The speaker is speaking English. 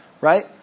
right